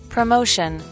Promotion